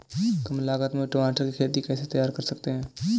कम लागत में टमाटर की खेती कैसे तैयार कर सकते हैं?